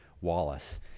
Wallace